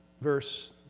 verse